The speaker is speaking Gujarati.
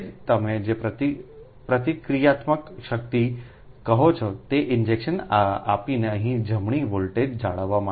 જે તમે જે પ્રતિક્રિયાત્મક શક્તિ કહો છો તે ઈન્જેક્શન આપીને અહીં જમણી વોલ્ટેજ જાળવવા માટે